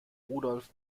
rudolf